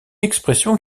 expression